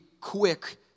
quick